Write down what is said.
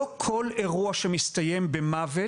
לא כל אירוע שמסתיים במוות